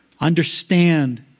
Understand